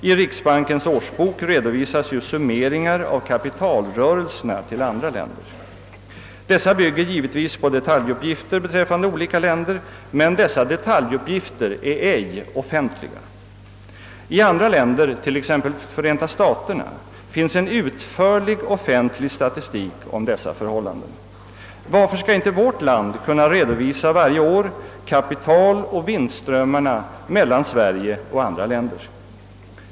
I riksbankens årsbok redovisas ju summeringar av kapitalrörelserna till andra länder. Dessa bygger givetvis på detaljuppgifter beträffande olika länder, men detaljuppgifterna är ej offentliga. I andra länder, t.ex. Förenta staterna, finns en utförlig offentlig statistik om dessa förhållanden. Varför skall inte vårt land varje år kunna redovisa kapitaloch vinstströmmarna mellan Sverige och andra länder?